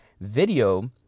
Video